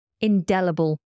indelible